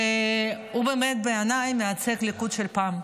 והוא באמת בעיניי מייצג את הליכוד של פעם,